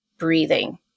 breathing